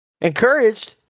Encouraged